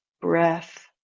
breath